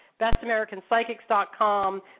bestamericanpsychics.com